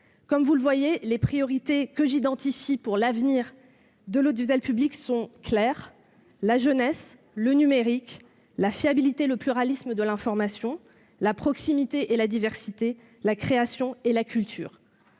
Comme vous le voyez, les priorités que j'identifie pour l'avenir de l'audiovisuel public sont claires : la jeunesse ; le numérique ; la fiabilité et le pluralisme de l'information ; la proximité et la diversité ; la création et la culture.